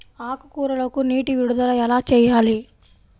ఆకుకూరలకు నీటి విడుదల ఎలా చేయాలి?